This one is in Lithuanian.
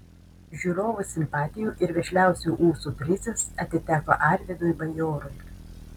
žiūrovų simpatijų ir vešliausių ūsų prizas atiteko arvydui bajorui